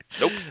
Nope